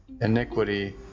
iniquity